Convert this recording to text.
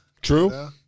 True